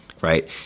right